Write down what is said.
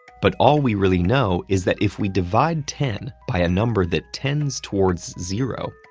but all we really know is that if we divide ten by a number that tends towards zero,